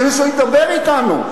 שמישהו ידבר אתנו.